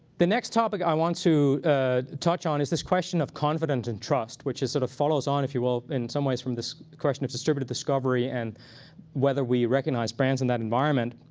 the next topic i want to touch on is this question of confidence and trust, which sort of follows on, if you will, in some ways from this question of distributed discovery and whether we recognize brands in that environment.